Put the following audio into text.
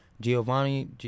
Giovanni